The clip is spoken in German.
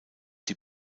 die